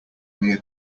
near